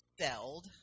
felled